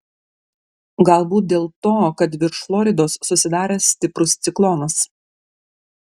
galbūt dėl to kad virš floridos susidaręs stiprus ciklonas